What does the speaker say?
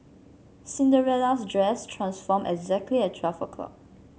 Cinderella's dress transformed exactly at twelve o'clock